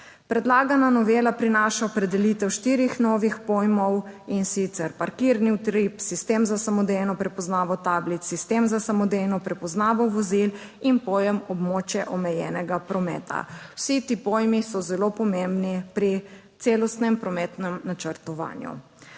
Predlagana novela prinaša opredelitev štirih novih pojmov. In sicer: parkirni utrip, sistem za samodejno prepoznavo tablic, sistem za samodejno prepoznavo vozil in pojem območje omejenega prometa. Vsi ti pojmi so zelo pomembni pri celostnem prometnem načrtovanju.